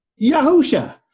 Yahusha